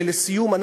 לסיום,